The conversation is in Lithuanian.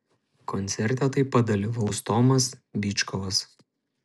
koncerte taip pat dalyvaus tomas byčkovas